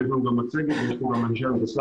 ויש פה גם מצגת ויש פה גם אנשי --- מטעמנו,